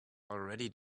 already